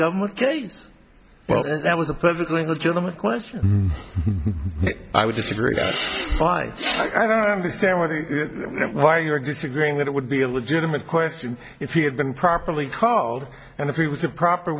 case well that was a perfectly legitimate question i would disagree i find i don't understand what why you're disagreeing that it would be a legitimate question if he had been properly called and if he was a proper